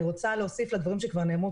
אני רוצה להוסיף לדברים שנאמרו,